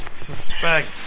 suspect